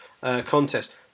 contest